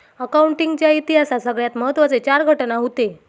accounting च्या इतिहासात सगळ्यात महत्त्वाचे चार घटना हूते